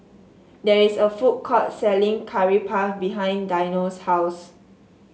there is a food court selling Curry Puff behind Dino's house